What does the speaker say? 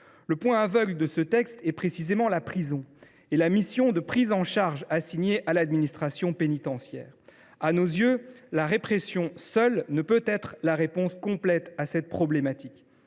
Le point aveugle de ce texte est précisément la prison et la mission de prise en charge assignée à l’administration pénitentiaire. À nos yeux, la répression seule ne peut être la réponse complète à cette problématique.